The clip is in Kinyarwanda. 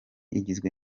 igizwe